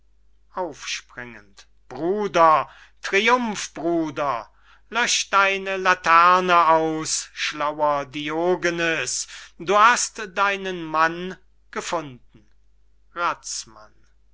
bruder triumph bruder lösch deine laterne aus schlauer diogenes du hast deinen mann gefunden